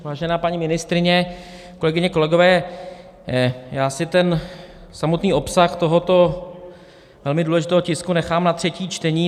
Vážená paní ministryně, kolegyně, kolegové, já si samotný obsah tohoto velmi důležitého tisku nechám na třetí čtení.